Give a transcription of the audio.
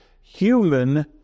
human